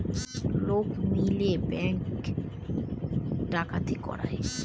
লোক মিলে ব্যাঙ্ক ডাকাতি করায়